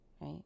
right